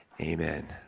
Amen